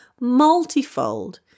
multifold